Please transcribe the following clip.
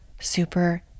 super